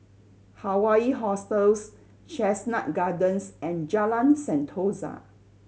Hawaii Hostels Chestnut Gardens and Jalan Sentosa